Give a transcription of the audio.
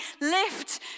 lift